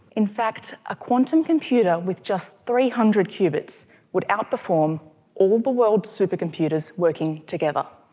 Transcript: in fact a quantum computer with just three hundred cubits would outperform all the world's supercomputers working together.